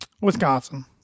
Wisconsin